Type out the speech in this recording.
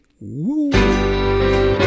woo